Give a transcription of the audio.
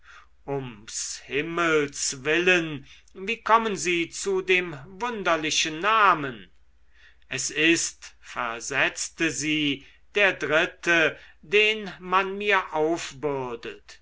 himmels willen wie kommen sie zu dem wunderlichen namen es ist versetzte sie der dritte den man mir aufbürdet